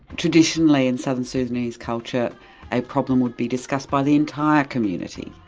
traditionally in southern sudanese culture a problem would be discussed by the entire community.